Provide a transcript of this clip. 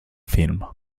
film